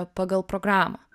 pagal programą